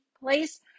place